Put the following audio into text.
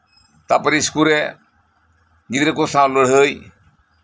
ᱛᱟᱨᱯᱚᱨᱮ ᱤᱥᱠᱩᱞᱨᱮ ᱜᱤᱫᱽᱨᱟᱹ ᱠᱚ ᱥᱟᱶ ᱞᱟᱹᱲᱦᱟᱹᱭ